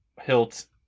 hilt